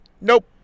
nope